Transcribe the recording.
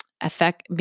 affect